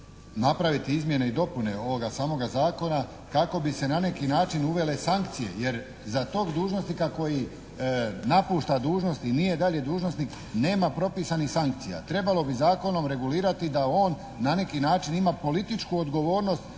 napraviti izmjene i dopune ovoga samoga zakona kako bi se na neki način uvele sankcije jer za tog dužnosnika koji napušta dužnost i nije dalje dužnosnik nema propisanih sankcija. Trebalo bi zakonom regulirati da on na neki način ima političku odgovornost